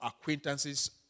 acquaintances